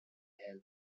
hair